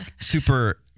super